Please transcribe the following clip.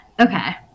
Okay